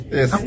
Yes